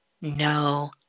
no